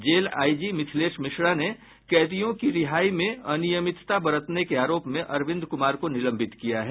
jail IG Mithilesh Mishra ने कैदियों के रिहाई में अनियमितता बरतने के आरोप में अरविंद कुमार को निलंबित किया है